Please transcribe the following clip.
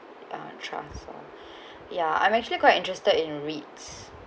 ah trust ah yeah I'm actually quite interested in REITs